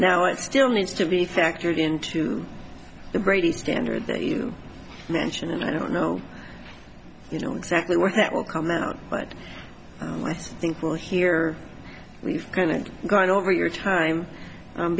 now it still needs to be factored into the brady standard that you mention and i don't know you know exactly where that will come out but i think we'll hear we've kind of gone over your time